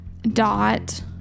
Dot